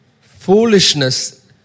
foolishness